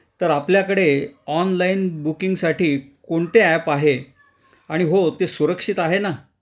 तर आपल्याकडे ऑनलाईन बुकिंगसाठी कोणते ॲप आहे आणि हो ते सुरक्षित आहे ना